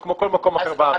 וכמו כל מקום אחר בארץ.